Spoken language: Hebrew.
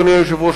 אדוני היושב-ראש,